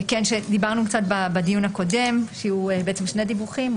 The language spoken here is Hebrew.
דיברנו בדיון הקודם על כך שבעצם יהיו שני דיווחים.